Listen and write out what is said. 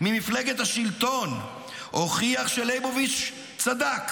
מפני ההליכה מן האנושות דרך הלאומיות אלי החייתיות.